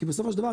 כי בסופו של דבר,